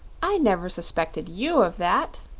i never spected you of that,